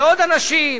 ועוד אנשים.